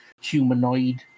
humanoid